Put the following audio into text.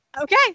Okay